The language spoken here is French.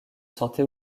santé